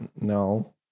No